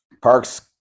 Park's